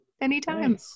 Anytime